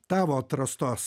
tavo atrastos